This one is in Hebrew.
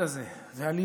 והם לא חברה הומוגנית,